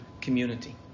community